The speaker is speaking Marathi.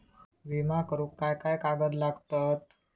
विमा करुक काय काय कागद लागतत?